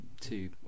two